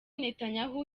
netanyahu